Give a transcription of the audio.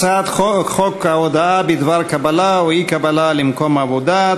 הצעת חוק הודעה בדבר קבלה או אי-קבלה למקום עבודה,